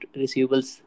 receivables